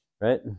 right